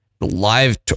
live